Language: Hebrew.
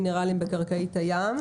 מינרלים בקרקעית הים.